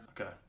Okay